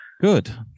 Good